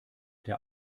der